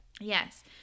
Yes